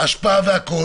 איסוף אשפה וכולי.